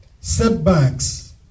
setbacks